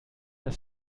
das